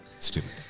Stupid